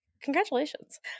Congratulations